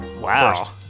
wow